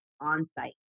on-site